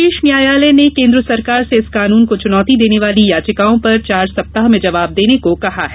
शीर्ष न्यायालय ने केन्द्र सरकार से इस कानून को चुनौती देने वाली याचिकाओं पर चार सप्ताह में जवाब देने को कहा है